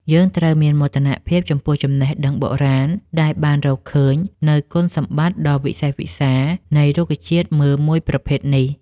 យើងត្រូវមានមោទនភាពចំពោះចំណេះដឹងបុរាណដែលបានរកឃើញនូវគុណសម្បត្តិដ៏វិសេសវិសាលនៃរុក្ខជាតិមើមមួយប្រភេទនេះ។